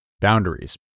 Boundaries